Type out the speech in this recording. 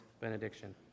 benediction